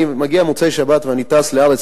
אני מגיע במוצאי-שבת ואני טס לארץ,